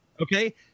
Okay